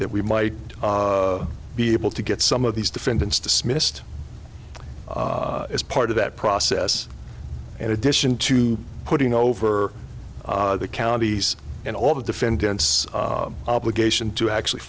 that we might be able to get some of these defendants dismissed as part of that process and addition to putting over the counties and all the defendants obligation to actually